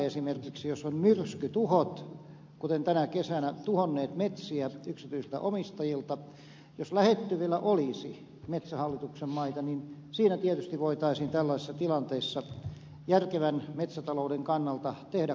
esimerkiksi jos myrskytuhot kuten tänä kesänä ovat tuhonneet metsiä yksityisiltä omistajilta ja jos lähettyvillä olisi metsähallituksen maita niin tällaisessa tilanteessa voitaisiin tietysti järkevän metsätalouden kannalta tehdä kauppoja